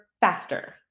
faster